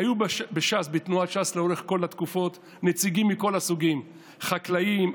היו בתנועת ש"ס לאורך כל התקופות נציגים מכל הסוגים: חקלאים,